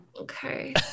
okay